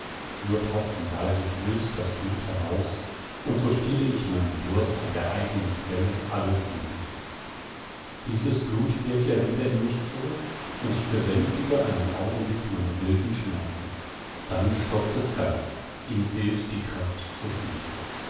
nur tropfenweise quillt das blut heraus und so stille ich meinen durst an der eigenen quelle alles lebens dieses blut kehrt ja wieder in mich zurück und ich besänftige einen augenblick meine wilden schmerzen dann stockt es ganz ihm fehlt die kraft zu fließen